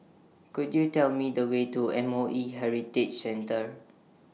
Could YOU Tell Me The Way to M O E Heritage Centre